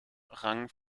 rang